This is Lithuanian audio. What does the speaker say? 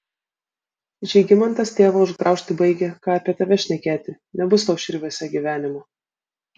žygimantas tėvą užgraužti baigia ką apie tave šnekėti nebus tau širviuose gyvenimo